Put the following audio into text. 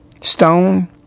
stone